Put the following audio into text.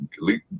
elite